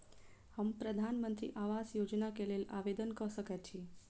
हम प्रधानमंत्री आवास योजना केँ लेल आवेदन कऽ सकैत छी?